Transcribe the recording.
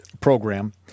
program